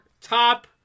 top